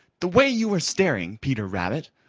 the way you are staring, peter rabbit,